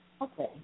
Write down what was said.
Okay